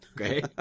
Okay